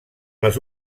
les